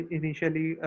initially